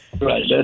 Right